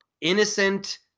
innocent